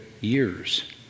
years